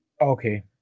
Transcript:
Okay